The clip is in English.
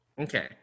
Okay